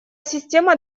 система